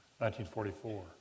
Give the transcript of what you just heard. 1944